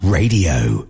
Radio